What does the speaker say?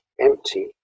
empty